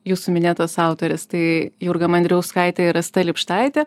jūsų minėtos autorės tai jurga mandrijauskaitė ir asta lipštaitė